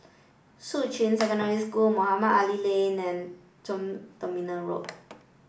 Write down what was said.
Shuqun Secondary School Mohamed Ali Lane and Tuas Terminal Road